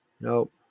Nope